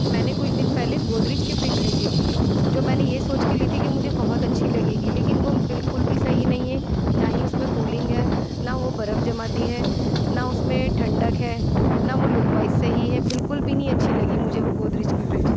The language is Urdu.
میں نے کچھ دن پہلے گودریج کی فریج لی تھی جو میں نے یہ سوچ کے لی تھی کہ مجھے بہت اچھی لگے گی لیکن وہ بالکل بھی صحیح نہیں ہے نہ ہی اس میں کولنگ ہے نہ وہ برف جماتی ہے نہ اس میں ٹھنڈک ہے نہ وہ لک وائز صحیح ہے بالکل بھی نی اچھی لگی مجھے وہ گودریج کی فریج